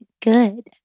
good